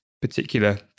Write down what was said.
particular